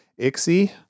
Ixie